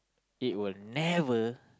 it will never